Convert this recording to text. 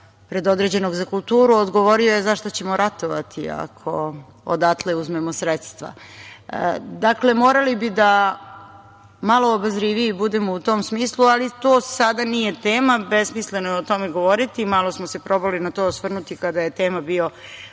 predodređenog za kulturu, odgovorio je – za šta ćemo ratovati ako odatle uzmemo sredstva. Morali bi da budemo malo obazriviji u tom smislu, ali to sada nije tema, besmisleno je o tome govoriti. Malo smo se probali na to osvrnuti kada je tema bio